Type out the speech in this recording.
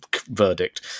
verdict